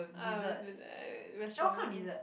ah restaurant ya